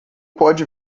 pode